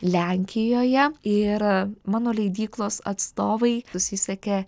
lenkijoje ir mano leidyklos atstovai susisiekė